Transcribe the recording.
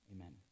Amen